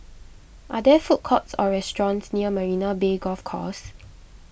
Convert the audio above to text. are there food courts or restaurants near Marina Bay Golf Course